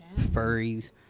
furries